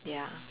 ya